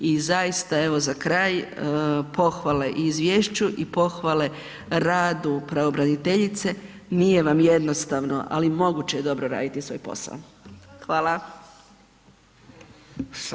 I zaista evo za kraj, pohvale i izvješću i pohvale radu pravobraniteljice, nije vam jednostavno ali moguće je dobro raditi svoj posao.